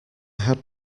had